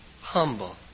humble